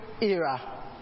Era